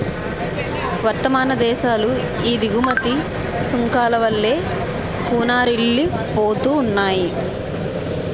వర్థమాన దేశాలు ఈ దిగుమతి సుంకాల వల్లే కూనారిల్లిపోతున్నాయి